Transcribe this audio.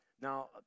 Now